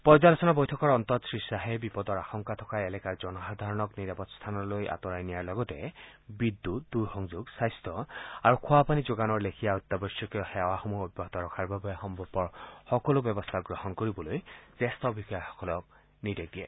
পৰ্যালোচনা বৈঠকৰ অন্তত শ্ৰীখাহে বিপদৰ আশংকা থকা এলেকাৰ জনসাধাৰণক নিৰাপদ স্থানলৈ আঁতৰাই নিয়াৰ লগতে বিদ্যুৎ দূৰ সংযোগ স্বাস্থ্য আৰু খোৱাপানী যোগানৰ লেখিয়া অত্যাৱশ্যকীয় সেৱাসমূহ অব্যাহত ৰখাৰ বাবে সম্ভৱপৰ সকলো ব্যৱস্থা গ্ৰহণ কৰিবলৈ জ্যেষ্ঠ বিষয়াসকলক নিৰ্দেশ দিয়ে